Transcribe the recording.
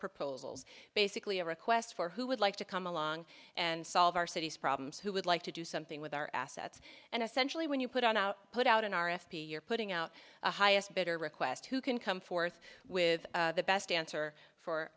proposals basically a request for who would like to come along and solve our city's problems who would like to do something with our assets and essentially when you put out put out an r f p you're putting out the highest bidder request who can come forth with the best answer for